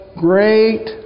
great